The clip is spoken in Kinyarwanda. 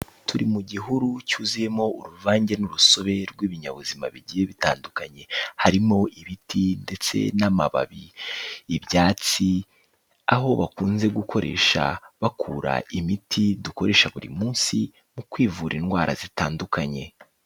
Turi mu gihuru cyuzuyemo uruvange n'urusobe rw'ibinyabuzima bigiye bitandukanye, harimo ibiti ndetse n'amababi, ibyatsi aho bakunze gukoresha bakura imiti dukoresha buri munsi mu kwivura indwara zitandukanye.